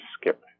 skip